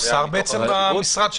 כל שר במשרד שלו.